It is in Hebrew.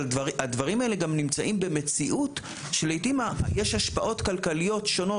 אבל הדברים האלה גם נמצאים במציאות שלעתים יש השפעות כלכליות שונות.